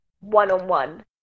one-on-one